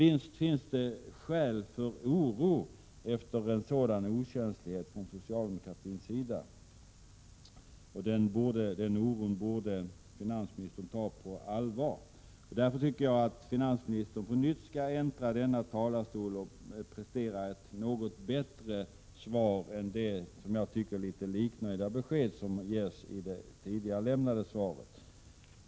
Visst finns det skäl för oro efter en sådan okänslighet från socialdemokratins sida. Denna oro borde finansministern ta på allvar. Jag tycker att finansministern på nytt skall äntra talarstolen och prestera ett något bättre besked än det i mitt tycke litet liknöjda besked som gavs i det redan lämnade svaret.